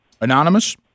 Anonymous